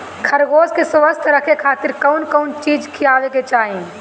खरगोश के स्वस्थ रखे खातिर कउन कउन चिज खिआवे के चाही?